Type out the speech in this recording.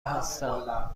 هستم